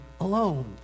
alone